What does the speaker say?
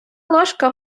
ложка